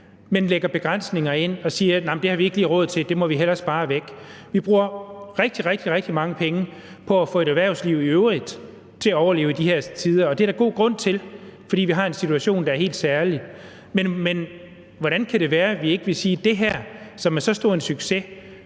lægger vi begrænsninger ind og siger: Det har vi ikke lige råd til, det må vi hellere spare væk. Vi bruger rigtig, rigtig mange penge på i øvrigt at få et erhvervsliv til at overleve i de her tider, og det er der god grund til, fordi vi har en situation, der er helt særlig. Men hvordan kan det være, at vi ikke vil sige, at det her, som er så stor en succes,